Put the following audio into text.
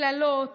וקללות